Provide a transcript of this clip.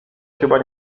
chyba